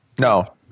No